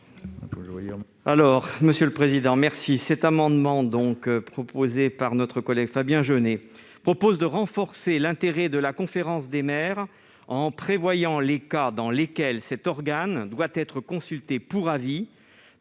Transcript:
rectifié . Le présent amendement, proposé par notre collègue Fabien Genet, vise à renforcer l'intérêt de la conférence des maires, en prévoyant les cas dans lesquels cet organe doit être consulté pour avis,